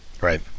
right